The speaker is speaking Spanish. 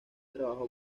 trabajó